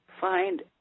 find